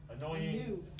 annoying